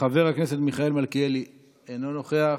חבר הכנסת מיכאל מלכיאלי, אינו נוכח,